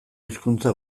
hizkuntza